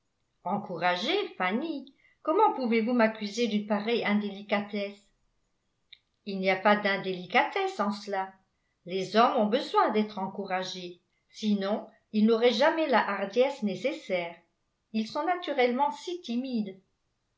encouragé fanny comment pouvez-vous m'accuser d'une pareille indélicatesse il n'y a pas d'indélicatesse en cela les hommes ont besoin d'être encouragés sinon ils n'auraient jamais la hardiesse nécessaire ils sont naturellement si timides